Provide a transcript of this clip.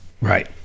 right